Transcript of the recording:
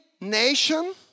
nation